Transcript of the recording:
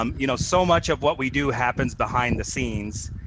um you know so much of what we do happens behind the scenes.